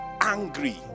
angry